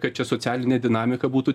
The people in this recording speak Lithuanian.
kad čia socialinė dinamika būtų